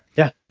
yeah